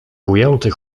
ujęty